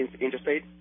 Interstate